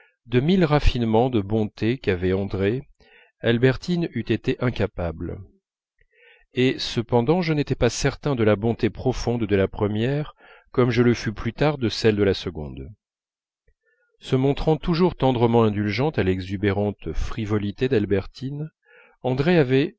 de mille raffinements de bonté qu'avait andrée albertine eût été incapable et cependant je n'étais pas certain de la bonté profonde de la première comme je le fus plus tard de celle de la seconde se montrant toujours tendrement indulgente à l'exubérante frivolité d'albertine andrée avait